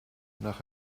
nach